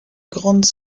grandes